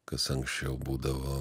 kas anksčiau būdavo